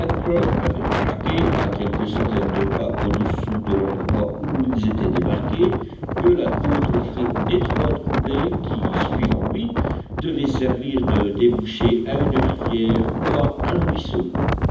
pencroff avait remarqué à quelques centaines de pas au-dessous de l'endroit où ils étaient débarqués que la côte offrait une étroite coupée qui suivant lui devait servir de débouché à une rivière ou à un ruisseau